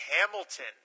Hamilton